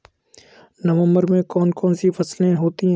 नवंबर में कौन कौन सी फसलें होती हैं?